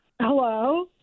hello